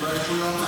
נתקבלה.